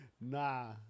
nah